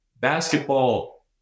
basketball